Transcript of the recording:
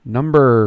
Number